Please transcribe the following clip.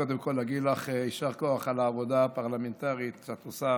קודם כול אגיד לך יישר כוח על העבודה הפרלמנטרית שאת עושה.